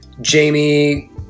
Jamie